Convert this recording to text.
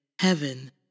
Heaven